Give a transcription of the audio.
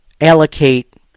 allocate